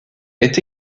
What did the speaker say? est